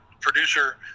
producer